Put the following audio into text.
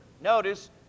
notice